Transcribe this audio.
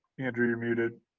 andrew, you're muted.